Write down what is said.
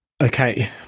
Okay